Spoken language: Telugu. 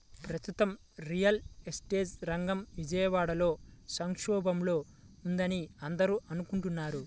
ప్రస్తుతం రియల్ ఎస్టేట్ రంగం విజయవాడలో సంక్షోభంలో ఉందని అందరూ అనుకుంటున్నారు